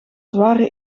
zware